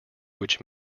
which